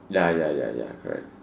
ya ya ya ya correct